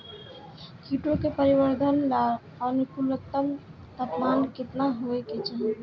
कीटो के परिवरर्धन ला अनुकूलतम तापमान केतना होए के चाही?